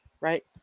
right